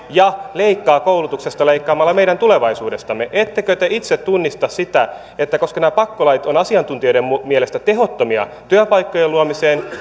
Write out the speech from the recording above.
ja leikkaa koulutuksesta leikkaamalla meidän tulevaisuudestamme ettekö te itse tunnista sitä että koska nämä pakkolait ovat asiantuntijoiden mielestä tehottomia työpaikkojen luomiseen